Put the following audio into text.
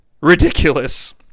ridiculous